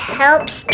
helps